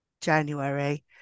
January